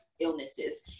illnesses